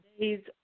days